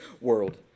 world